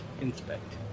Inspect